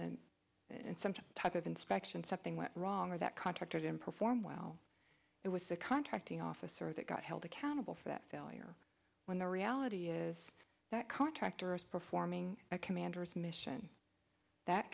and some type of inspection something went wrong or that contractor didn't perform well it was the contracting officer that got held accountable for that failure when the reality is that contractor is performing a commander's mission that